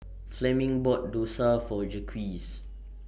Fleming bought Dosa For Jacques